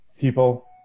people